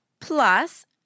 plus